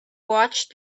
watched